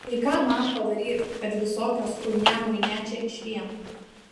tai ką man padaryt kad visokios chuinia muinia čia išvien